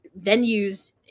venues